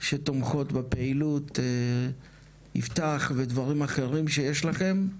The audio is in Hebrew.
שתומכות בפעילות יפתח ודברים אחרים שיש לכם,